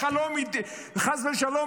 חס ושלום,